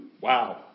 Wow